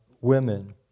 women